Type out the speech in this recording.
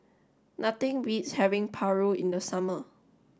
nothing beats having Paru in the summer